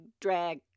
drag